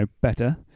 better